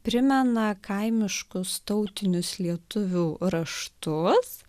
primena kaimiškus tautinius lietuvių raštus